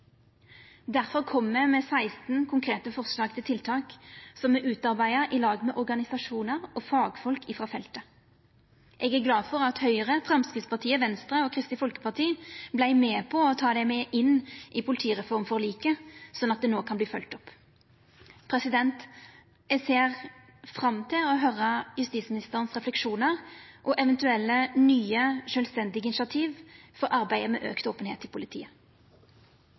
me med 16 konkrete forslag til tiltak, som me utarbeidde saman med organisasjonar og fagfolk frå feltet. Eg er glad for at Høgre, Framstegspartiet, Venstre og Kristeleg Folkeparti vart med på å ta det inn i politireformforliket, slik at det no kan følgjast opp. Eg ser fram til å høyra justisministerens refleksjonar og eventuelle nye, sjølvstendige initiativ for arbeidet med større openheit i politiet.